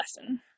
lesson